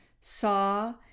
saw